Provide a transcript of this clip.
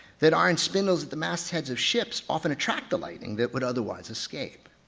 that aren't spindles at the mastheads of ships often attract the lightning that would otherwise escape.